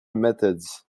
methods